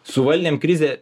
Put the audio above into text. suvaldėm krizę